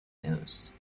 news